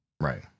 Right